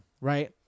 Right